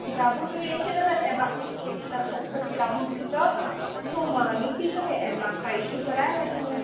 किताबूं बि ॾेई छॾंदसि ऐं बाक़ी जेकी तव्हां सतसंग किताबूं मूंखे चयो था उहो मां ॾिसी करे ऐं तव्हां खां इशू कराए वठंदसि